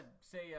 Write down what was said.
say